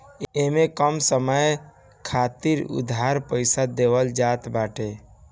इमे कम समय खातिर उधार पईसा देहल जात बाटे